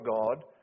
God